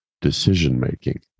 decision-making